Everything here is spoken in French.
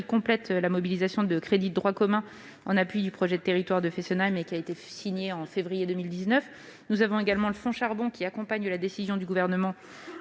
complète la mobilisation de crédits de droit commun en appui du projet de territoire de Fessenheim signé en février 2019 ; le fonds charbon, qui accompagne la décision du Gouvernement